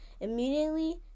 Immediately